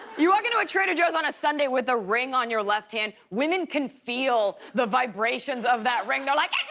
you walk into trader joes on a sunday with a ring on your left hand, women can feel the vibrations of that ring like and